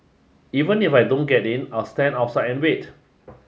even if I don't get in I'll stand outside and wait